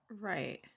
Right